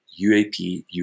UAP